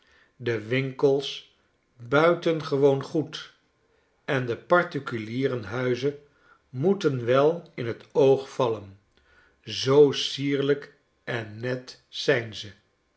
de winkels buitengewoon goed en de parties here huizen moeten wel in t oog vallen zoo sierlijk en net zijn ze